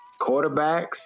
quarterbacks